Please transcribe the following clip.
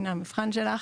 הנה המבחן שלך,